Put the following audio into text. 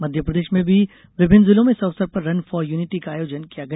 मध्यप्रदेश में भी विभिन्न जिलों में इस अवसर पर रन फॉर यूनिटी का आयोजन किया गया